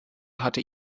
hatte